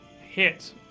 hit